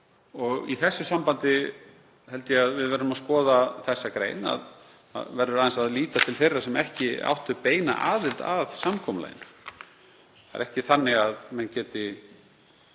úr. Í þessu sambandi held ég að við verðum að skoða þessa grein, það verður aðeins að líta til þeirra sem ekki áttu beina aðild að samkomulaginu. Það er ekki þannig að menn geti